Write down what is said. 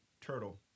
Turtle